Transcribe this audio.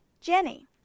Jenny